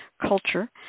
culture